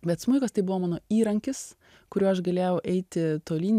bet smuikas tai buvo mano įrankis kuriuo aš galėjau eiti tolyn